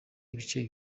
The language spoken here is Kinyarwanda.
ibice